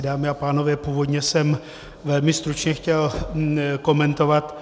Dámy a pánové, původně jsem velmi stručně chtěl komentovat...